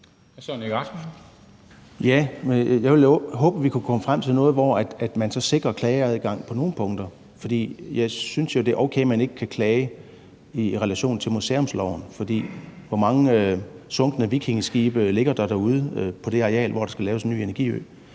Jeg havde jo håbet, at vi kunne komme frem til noget, hvor man så sikrer klageadgangen på nogle punkter. For jeg synes jo, det er okay, at man ikke kan klage i henhold til museumsloven, for hvor mange sunkne vikingeskibe ligger der derude på det areal, hvor der skal laves en ny energiø?